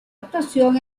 actuación